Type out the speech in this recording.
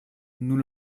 nous